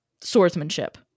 swordsmanship